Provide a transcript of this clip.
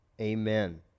Amen